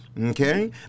Okay